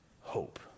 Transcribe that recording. hope